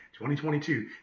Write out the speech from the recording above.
2022